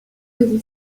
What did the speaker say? with